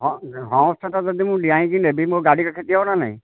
humps ଟା ଯଦି ମୁଁ ଡ଼ିଂଆଇକି ନେବି ମୋ ଗାଡ଼ିର କ୍ଷତି ହେବ ନା ନାଇଁ